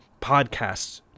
podcasts